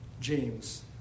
James